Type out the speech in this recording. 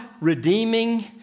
redeeming